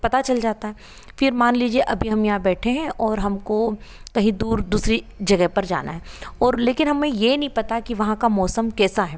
पता चल जाता है फिर मान लीजिए अभी हम यहाँ बैठे हैं और हमको कहीं दूर दूसरी जगह पर जाना हैं और लेकिन हमे ये नहीं पता की वहाँ का मौसम कैसा है